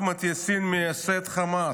אדוני ראש הממשלה, אחמד יאסין, מייסד חמאס,